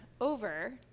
over